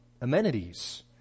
amenities